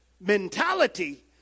mentality